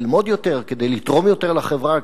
ללמוד יותר כדי לתרום יותר לחברה,